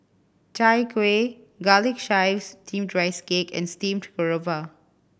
Chai Kueh garlic chives steamed cake and steamed garoupa